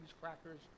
crackers